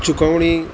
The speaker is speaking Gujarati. ચુકવણી